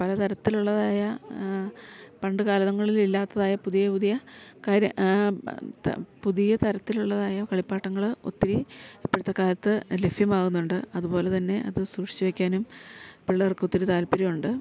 പലതരത്തിലുള്ളതായ പണ്ട് കാലങ്ങളില് ഇല്ലാത്തതായ പുതിയ പുതിയ കാര്യം പുതിയ തരത്തിലുള്ളതായ കളിപ്പാട്ടങ്ങള് ഒത്തിരി ഇപ്പഴത്തെ കാലത്ത് ലഭ്യമാകുന്നുണ്ട് അതുപോലെതന്നെ അത് സൂക്ഷിച്ച് വെക്കാനും പിള്ളേർക്കൊത്തിരി താൽപര്യമുണ്ട്